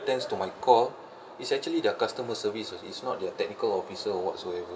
attends to my call is actually their customer service is not their technical officer or whatsoever